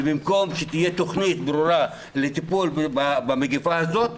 ובמקום שתהיה תוכנית ברורה לטיפול במגפה הזאת,